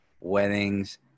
weddings